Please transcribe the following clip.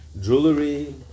jewelry